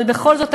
אבל בכל זאת,